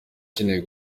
ukeneye